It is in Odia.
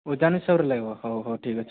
ଓଜନ ହିସାବରେ ଲାଗିବ ହଉ ହଉ ଠିକ୍ ଅଛି